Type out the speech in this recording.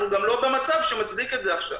אנחנו גם לא במצב שמצדיק את זה עכשיו.